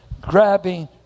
Grabbing